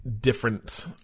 different